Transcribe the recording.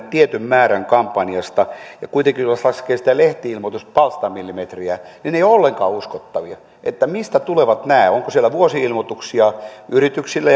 tietyn määrän kampanjasta ja kuitenkaan jos laskee niitä lehti ilmoituspalstamillimetrejä ne eivät ole ollenkaan uskottavia että mistä tulevat nämä onko siellä vuosi ilmoituksia yrityksille